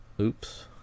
Oops